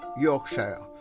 Yorkshire